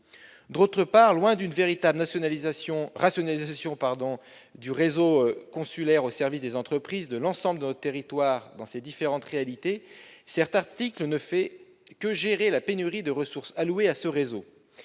Ensuite, loin de rationaliser le réseau consulaire au service des entreprises de l'ensemble de notre territoire dans ses différentes réalités, cet article se limite à gérer la pénurie des ressources allouées à ce réseau